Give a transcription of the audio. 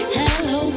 hello